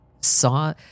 saw